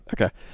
Okay